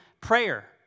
prayer